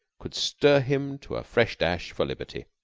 could stir him to a fresh dash for liberty.